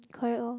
correct lor